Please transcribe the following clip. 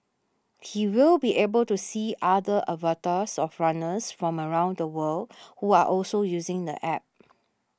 he will be able to see other avatars of runners from around the world who are also using the App